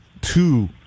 two